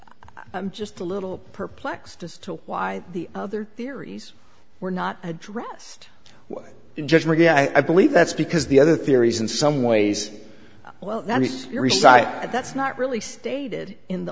i'm just a little perplexed as to why the other theories were not addressed in general yeah i believe that's because the other theories in some ways well that's not really stated in the